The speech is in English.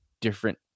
different